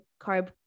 carb